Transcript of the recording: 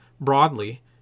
Broadly